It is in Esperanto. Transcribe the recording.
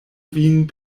vin